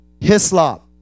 hislop